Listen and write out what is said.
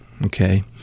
Okay